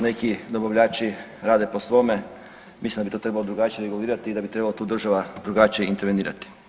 Neki dobavljači rade po svome, mislim da bi to trebalo drugačije regulirati i da bi trebala tu država drugačije intervenirati.